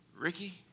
Ricky